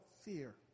fear